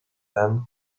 than